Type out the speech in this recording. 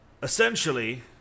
Essentially